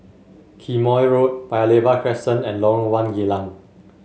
Quemoy Road Paya Lebar Crescent and Lorong One Geylang